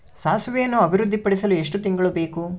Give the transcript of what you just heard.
ಸಾಸಿವೆಯನ್ನು ಅಭಿವೃದ್ಧಿಪಡಿಸಲು ಎಷ್ಟು ತಿಂಗಳು ಬೇಕು?